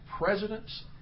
presidents